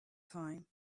time